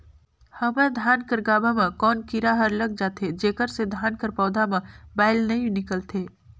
हमर धान कर गाभा म कौन कीरा हर लग जाथे जेकर से धान कर पौधा म बाएल नइ निकलथे?